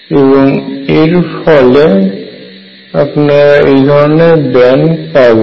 এবং এর ফলে আপনারা এই ধরনের ব্যান্ড পাবেন